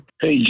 Hey